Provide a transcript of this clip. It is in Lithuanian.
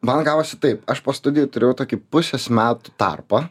man gavosi taip aš po studijų turėjau tokį pusės metų tarpą